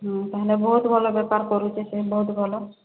ହଁ ତା'ହେଲେ ବହୁତ ଭଲ ବେପାର କରୁଛି ସେ ବହୁତ ଭଲ